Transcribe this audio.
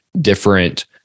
different